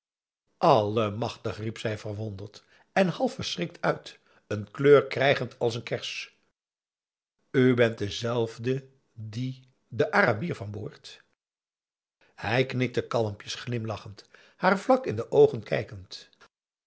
allemachtig riep zij verwonderd en half verschrikt uit een kleur krijgend als een kers u bent dezelfde die de arabier van boord hij knikte kalmpjes glimlachend haar vlak in de oogen kijkend